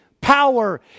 power